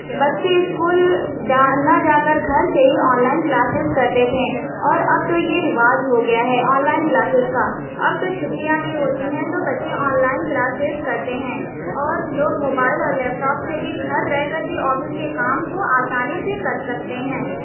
بچے اسکول جا نہ جا کر گھر سے ہی آن لائن کلاسز کرتے تھے اور اب تو یہ رواج ہو گیا ہے آن لائن کلاسیز کا اب تو چھٹیاں بھی ہوتی ہیں تو بچے آن لائن کلاسیز کرتے ہیں اور لوگ موبائل اور لیپ ٹاپ سے بھی گھر رہ کر بھی آفس کے کام کو آسانی سے کر سکتے ہیں